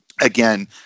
again